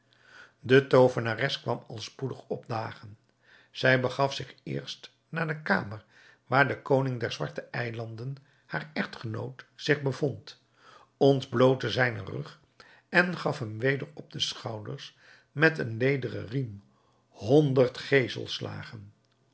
de toovenares kwam al spoedig opdagen zij begaf zich eerst naar de kamer waar de koning der zwarte eilanden haar echtgenoot zich bevond ontblootte zijnen rug en gaf hem weder op de schouders met een lederen riem honderd